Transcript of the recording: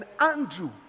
Andrew